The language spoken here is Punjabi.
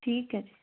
ਠੀਕ ਹੈ ਜੀ